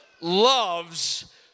loves